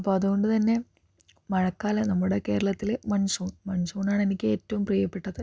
അപ്പം അതുകൊണ്ട് തന്നെ മഴക്കാലം നമ്മുടെ കേരളത്തില് മൺസൂൺ മൺസൂൺ ആണ് എനിക്ക് ഏറ്റവും പ്രിയപ്പെട്ടത്